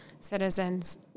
citizens